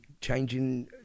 changing